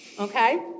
okay